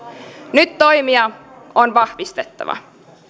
nyt toimia on vahvistettava